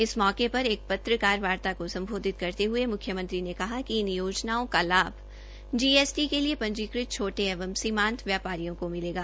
इस मौके पर एक पत्रकार वार्ता को सम्बोधित करते हये मुख्यमंत्री ने कहा कि इन योजनाओं का लाभ जीएसटी के लिए पंजीकृत छोटे एवं सीमांत व्यापारियो को मिलेग